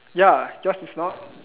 ya yours is not